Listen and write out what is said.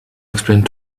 explained